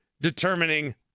determining